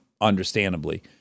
Understandably